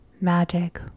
magic